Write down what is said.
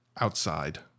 outside